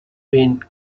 been